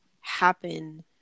happen